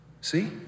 See